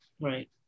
Right